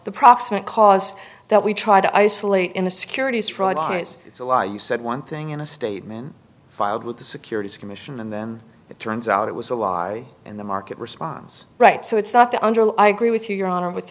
the proximate cause that we try to isolate in the securities fraud price it's a lie you said one thing in a statement filed with the securities commission and then it turns out it was a lie and the market responds right so it's not the under i agree with you your honor with